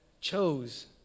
chose